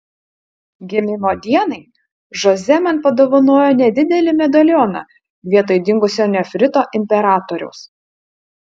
gimimo dienai žoze man padovanojo nedidelį medalioną vietoj dingusio nefrito imperatoriaus